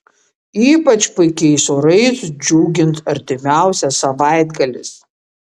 ypač puikiai orais džiugins artimiausias savaitgalis